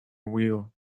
wheel